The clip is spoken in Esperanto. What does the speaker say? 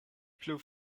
plu